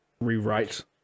rewrite